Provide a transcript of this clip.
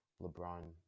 LeBron